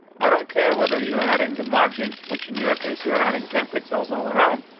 i don't care whether you're adding the margin, which, in your case, you're adding ten pixels all around.